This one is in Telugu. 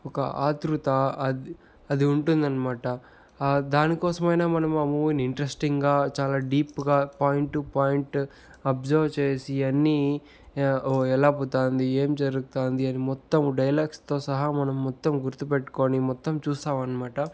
ఒక ఆత్రుత అది అది ఉంటుందన్నమాట దానికోసమైనా ఆ మూవీని మనం ఇంట్రెస్టింగ్గా చాలా డీప్గా పాయింట్ టు పాయింట్ అబ్జర్వ్ చేసి అన్ని ఎలా పోతుంది ఏం జరుగుతాంది అని మొత్తం డైలాగ్స్తో సహా మనం మొత్తం గుర్తుపెట్టుకుని మొత్తం చూస్తాం అనమాట